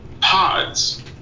pods